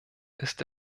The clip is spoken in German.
ist